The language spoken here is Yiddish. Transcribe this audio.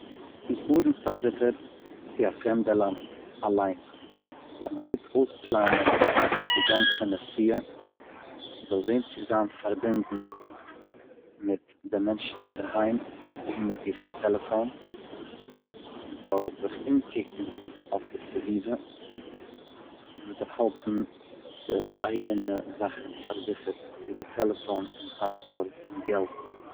צו פארן פארזיכערט צו א פרעמדע לאנד אליין זאל מען גוט אויספלאנען די גאנצע נסיעה, מ'זאל זען צו זיין פארבינדן מיט די מענטשן אינדערהיים, האבן מיט זיך א טעלעפאן, מ'זאל זיך אומקוקן אויף די סביבה און מען זאל האלטן די אייגענע זאכן פארזיכערט ווי די טעלעפאן און פאספארט און געלט.